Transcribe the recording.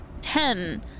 Ten